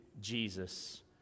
Jesus